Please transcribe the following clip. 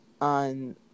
on